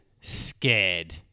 scared